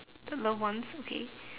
the love ones okay